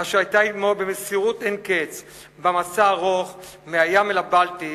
אשר היתה עמו במסירות אין קץ במסע הארוך מהים הבלטי